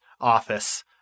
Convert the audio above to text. office